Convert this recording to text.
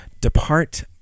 depart